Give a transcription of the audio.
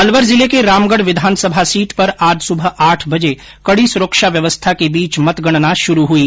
अलवर जिले के रामगढ़ विधानसभा सीट पर आज सुबह आठ बजे कड़ी सुरक्षा व्यवस्था के बीच मतगणना शुरू हई